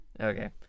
okay